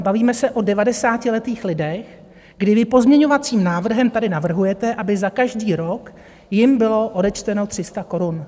Bavíme se o devadesátiletých lidech, kdy vy pozměňovacím návrhem tady navrhujete, aby za každý rok jim bylo odečteno 300 korun.